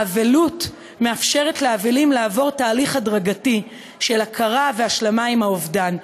האבלות מאפשרת לאבלים לעבור תהליך הדרגתי של הכרה והשלמה עם האובדן.